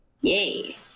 Yay